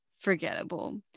forgettable